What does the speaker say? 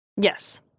Yes